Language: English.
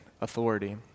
authority